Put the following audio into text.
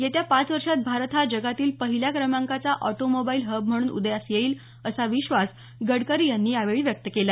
येत्या पाच वर्षात भारत हा जगातील पहिल्या क्रमांकाचा ऑटोमोबाईल हब म्हणून उदयास येईल असा विश्वास गडकरी यांनी यावेळी व्यक्त केला